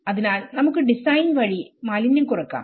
അതിനാൽ നമുക്ക് ഡിസൈൻ വഴി മാലിന്യം കുറക്കാം